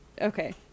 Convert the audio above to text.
Okay